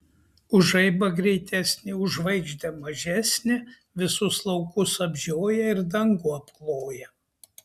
už žaibą greitesnė už žvaigždę mažesnė visus laukus apžioja ir dangų apkloja